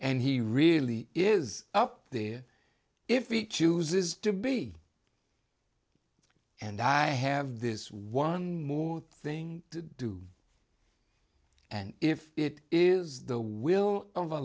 and he really is up there if he chooses to be and i have this one more thing to do and if it is the will of